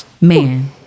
man